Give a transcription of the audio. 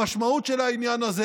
המשמעות של העניין הזה